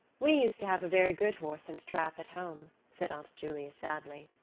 we used to have a very good horse and trap at home, said aunt julia sadly.